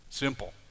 Simple